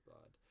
God